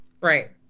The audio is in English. Right